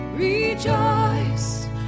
Rejoice